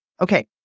Okay